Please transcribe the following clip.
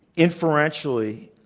inferentially,